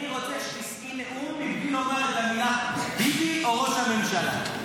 אני רוצה שתישאי נאום מבלי לומר את המילים "ביבי" או "ראש הממשלה".